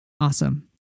Awesome